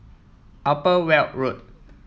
Upper Weld Road